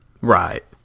Right